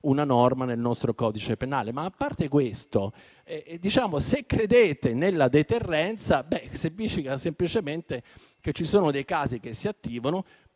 una norma nel nostro codice penale. A parte questo, se credete nella deterrenza, significa semplicemente che ci sono casi che si attivano;